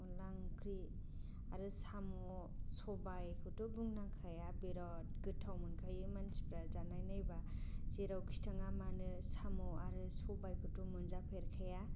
अनद्ला ओंख्रि आरो साम' सबायखौथ' बुंनांखाया बिराद गोथाव मोनखायो मानसिफ्रा जानाय नायब्ला जेरावखि थाङा मानो साम' आरो सबायखौथ' मोनजाफेरखाया